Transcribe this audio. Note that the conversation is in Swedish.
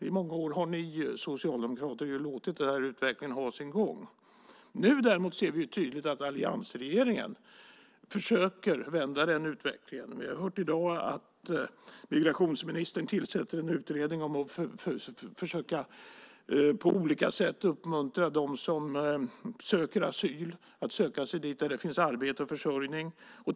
I många år har ni socialdemokrater låtit den här utvecklingen ha sin gång. Nu ser vi däremot tydligt att alliansregeringen försöker vända utvecklingen. Vi har i dag hört att migrationsministern tillsätter en utredning om att på olika sätt försöka uppmuntra dem som söker asyl att söka sig dit där det finns arbete och försörjning.